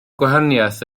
gwahaniaeth